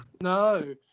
No